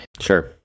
Sure